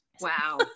Wow